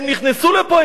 הם נכנסו לפה,